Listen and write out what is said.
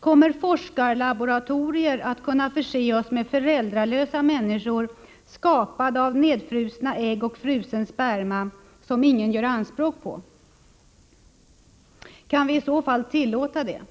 Kommer forskarlaboratorier att kunna förse oss med föräldralösa människor — skapade av nedfrusna ägg och frusen sperma — som ingen gör anspråk på? Kan vi i så fall tillåta detta?